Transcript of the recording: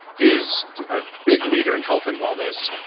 who's a big leader in health and wellness.